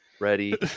ready